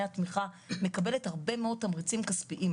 התמיכה מקבלת הרבה מאוד תמריצים כספיים.